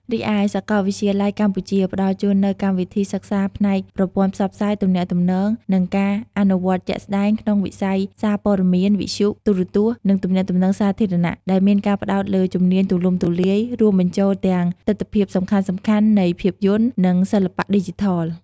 រីឯ សាកលវិទ្យាល័យកម្ពុជា ផ្តល់ជូននូវកម្មវិធីសិក្សាផ្នែក ប្រព័ន្ធផ្សព្វផ្សាយ ទំនាក់ទំនង និងការអនុវត្តជាក់ស្ដែងក្នុងវិស័យសារព័ត៌មាន វិទ្យុ ទូរទស្សន៍ និងទំនាក់ទំនងសាធារណៈ ដែលមានការផ្ដោតលើជំនាញទូលំទូលាយ រួមបញ្ចូលទាំងទិដ្ឋភាពសំខាន់ៗនៃភាពយន្ត និងសិល្បៈឌីជីថល។